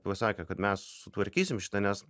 pasakė kad mes sutvarkysim šitą nes